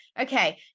okay